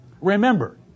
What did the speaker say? Remember